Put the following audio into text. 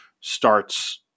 starts